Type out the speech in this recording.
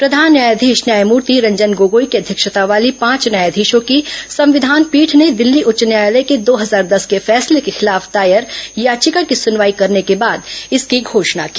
प्रधान न्यायाधीश न्यायमर्ति रंजन गोगोई की अध्यक्षता वाली पांच न्यायाधीशों की संविधान पीठ ने दिल्ली उच्च न्यायालय के दो हजार दस के फैसले के खिलाफ दायर याचिका की सुनवाई करने के बाद आज इसकी घोषणा की